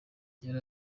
yari